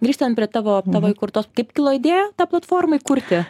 grįžtant prie tavo tavo įkurtos kaip kilo idėja tą platformą įkurti